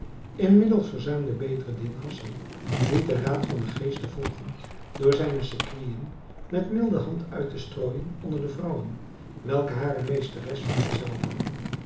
inmiddels verzuimde bedreddin hassan niet den raad van den geest te volgen door zijne sequinen met milde hand uit te strooijen onder de vrouwen welke hare meesteres vergezelden